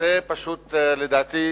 זה פשוט לדעתי